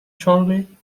charley